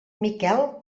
miquel